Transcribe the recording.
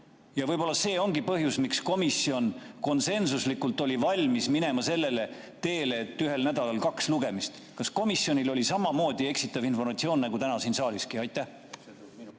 Võib-olla see ongi põhjus, miks komisjon konsensuslikult oli valmis minema sellele teele, et [teha] ühel nädalal kaks lugemist. Kas komisjonil oli samamoodi eksitav informatsioon nagu täna siin saaliski? Aitäh!